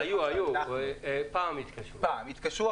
פעם התקשרו.